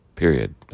period